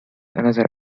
another